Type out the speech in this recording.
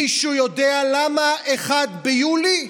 מישהו יודע למה 1 ביולי?